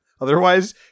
Otherwise